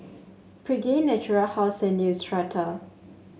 Pregain Natura House and Neostrata